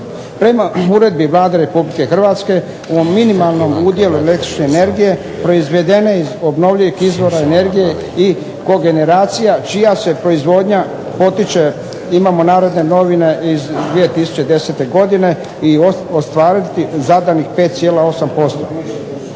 Prema Uredbi Vlade Republike Hrvatske o minimalnom udjelu električne energije proizvedene iz obnovljivih izvora energije i kogeneracija čija se proizvodnja potiče, imamo "Narodne novine" iz 2010. godine, i ostvariti zadanih 5,8%.